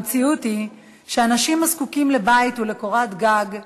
המציאות היא שאנשים הזקוקים לבית ולקורת גג,